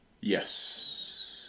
Yes